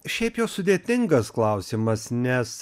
šiaip jau sudėtingas klausimas nes